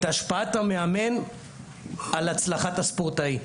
את השפעת המאמן על הצלחת הספורטאי.